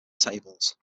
tables